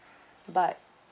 but